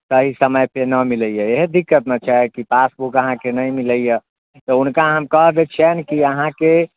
सही समयपर नहि मिलैए इएहे दिक्कत ने छै कि पासबुक अहाँके नहि मिलैए तऽ हुनका हम कहि दै छियनि कि अहाँके